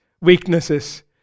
weaknesses